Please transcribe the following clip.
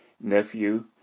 nephew